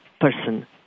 person